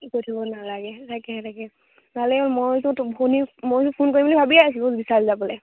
নালাগে তাকেহে তাকেহে নালাগে মানে মইতো ময়ো ফোন কৰিম বুলি ভাবিয়েই আছো বিশাল যাবলৈ